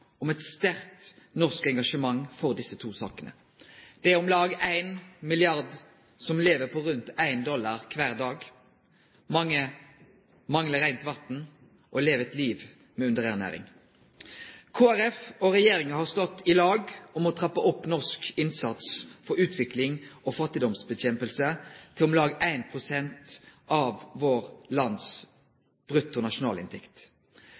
om eit sterkt norsk engasjement for desse to sakene. Det er om lag ein milliard menneske som lever på rundt 1 dollar kvar dag. Mange manglar reint vatn og lever eit liv med underernæring. Kristeleg Folkeparti og regjeringa har stått i lag om å trappe opp norsk innsats for utvikling og fattigdomsnedkjemping til om lag 1 pst. av